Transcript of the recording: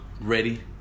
ready